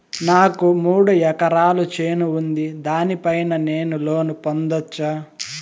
నాకు మూడు ఎకరాలు చేను ఉంది, దాని పైన నేను లోను పొందొచ్చా?